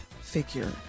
figure